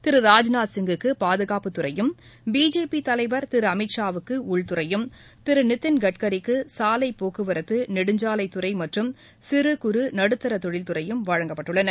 திரு ராஜ்நாத்சிங்குக்கு பாதுகாப்புத்துறையும் பிஜேபி தலைவர் திரு அமித்ஷா வுக்கு உள்துறையும் திரு நிதின் கட்கரிக்கு சாலை போக்குவரத்து நெடுஞ்சாலைத் துறை மற்றும் சிறு குறு நடுத்தர தொழில் துறையும் வழங்கப்பட்டுள்ளது